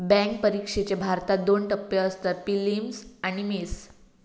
bank परिक्षेचे भारतात दोन टप्पे असतत, पिलिम्स आणि मेंस